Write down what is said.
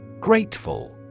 Grateful